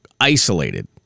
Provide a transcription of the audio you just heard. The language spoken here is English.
isolated